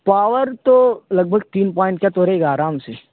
power تو لگ بھگ تین پوائنٹ کا تو رہے گا آرام سے